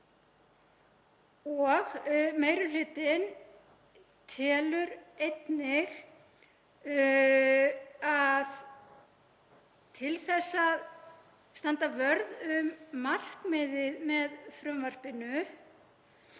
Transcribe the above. Meiri hlutinn telur einnig að til þess að standa vörð um markmiðið með frumvarpinu